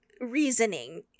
reasoning